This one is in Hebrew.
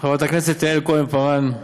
ישראל מבפנים,